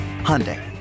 Hyundai